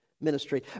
ministry